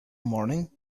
morning